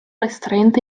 restrained